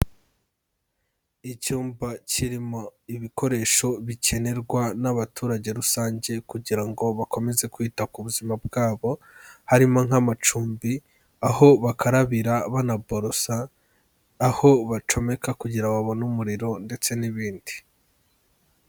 Icyumba kirimo ibikoresho bikenerwa n'abaturage rusange kugira ngo bakomeze kwita ku buzima bwabo, harimo nk'amacumbi aho bakarabira banaborosa, aho bacomeka kugira babone umuriro ndetse n'ibindi.